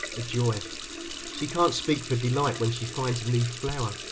a joy she can't speak for delight when she finds a new flower,